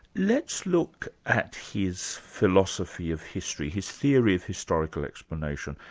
let's look at his philosophy of history, his theory of historical explanation.